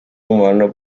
humano